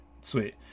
Sweet